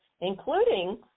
including